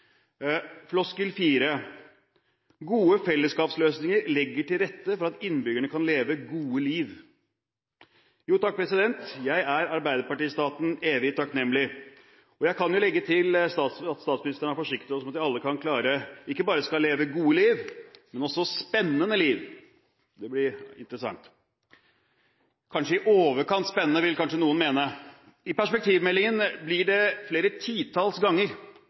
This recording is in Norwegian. Floskel fire: «Gode fellesskapsløsninger legger til rette for at innbyggerne kan leve gode liv.» Jo, takk, jeg er arbeiderpartistaten evig takknemlig. Jeg kan jo legge til at statsministeren har forsikret oss om at ikke bare skal vi leve gode liv, men også spennende liv. Det blir interessant – og kanskje i overkant spennende, vil noen mene. I perspektivmeldingen står det flere titalls ganger